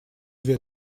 две